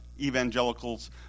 evangelicals